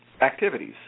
activities